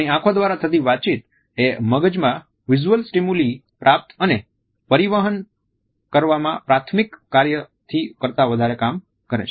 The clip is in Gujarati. આપણી આંખો દ્વારા થતી વાતચીત એ મગજમાં વિઝ્યુઅલ સ્ટીમ્યુલીને પ્રાપ્ત અને પરિવહન કરવાના પ્રાથમિક કાર્યથી કરતા વધારે કામ કરે છે